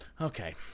Okay